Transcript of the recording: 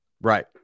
Right